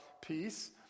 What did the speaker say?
peace